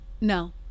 No